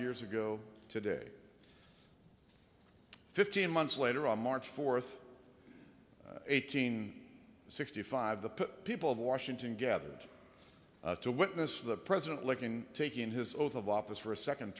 years ago today fifteen months later on march fourth eighteen sixty five the people of washington gathered to witness the president lincoln taking his oath of office for a second